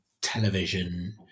television